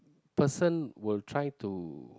person will try to